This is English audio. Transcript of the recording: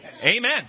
Amen